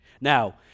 Now